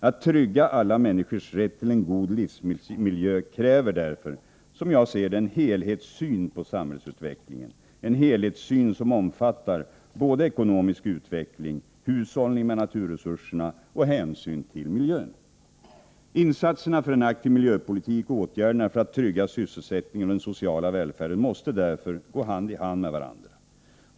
Att trygga alla människors rätt till en god livsmiljö kräver därför, som jag ser det, en helhetssyn på samhällsutvecklingen, en helhetssyn som omfattar såväl ekonomisk utveckling och hushållning med naturresurserna som hänsyn till miljön. Insatserna för en aktiv miljöpolitik och åtgärderna för att trygga sysselsättningen och den sociala välfärden måste därför gå hand i hand med varandra.